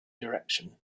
direction